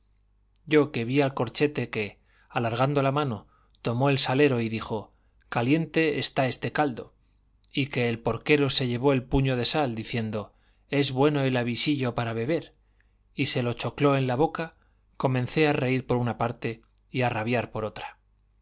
yo que vi al corchete que alargando la mano tomó el salero y dijo caliente está este caldo y que el porquero se llevó el puño de sal diciendo es bueno el avisillo para beber y se lo chocló en la boca comencé a reír por una parte y a rabiar por otra